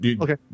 Okay